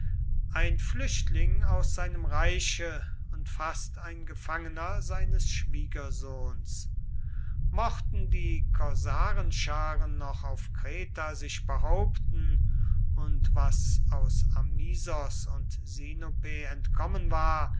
ein flüchtling aus seinem reiche und fast ein gefangener seines schwiegersohns mochten die korsarenscharen noch auf kreta sich behaupten und was aus amisos und sinope entkommen war